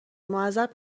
معذب